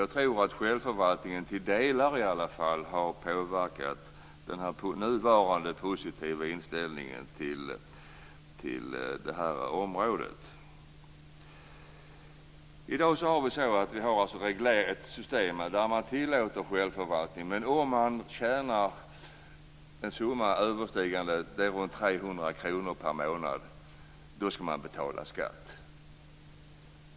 Jag tror att självförvaltningen åtminstone till en del har bidragit till den nuvarande positiva inställningen till det här området. I dag har vi ett system där man tillåter självförvaltning, men om man tjänar en summa överstigande ca 300 kr per månad skall man betala skatt.